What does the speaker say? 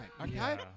Okay